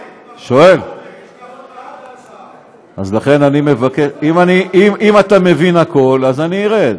לכן אני מבקש, אם אתה מבין הכול, אני ארד.